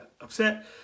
upset